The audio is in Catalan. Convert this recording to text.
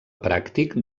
pràctic